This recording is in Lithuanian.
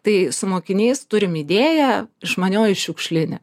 tai su mokiniais turim idėją išmanioji šiukšlinė